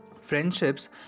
Friendships